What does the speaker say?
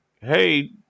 hey